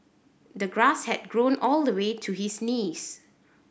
the grass had grown all the way to his knees